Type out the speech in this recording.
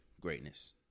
greatness